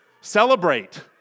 celebrate